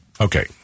Okay